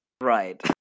right